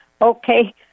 Okay